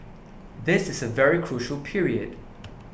this is a very crucial period